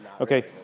Okay